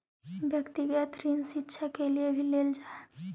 व्यक्तिगत ऋण शिक्षा के लिए भी लेल जा हई